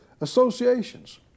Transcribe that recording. associations